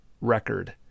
record